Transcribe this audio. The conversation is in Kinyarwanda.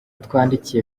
twandikiye